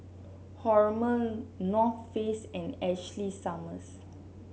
Hormel North Face and Ashley Summers